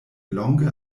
longe